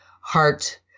heart